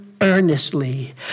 earnestly